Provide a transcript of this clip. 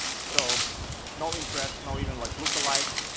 so no interest, no even like lookalikes,